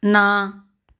ਨਾ